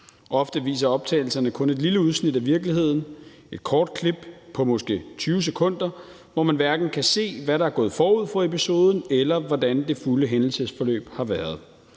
Ofte viser optagelserne kun et lille udsnit af virkeligheden, et kort klip på måske 20 sekunder, hvor man hverken kan se, hvad der er gået forud for episoden, eller hvordan det fulde hændelsesforløb har været.